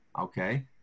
Okay